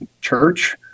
church